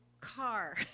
car